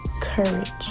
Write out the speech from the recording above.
courage